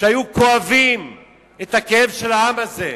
שהיו כואבים את הכאב של העם הזה.